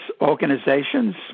organizations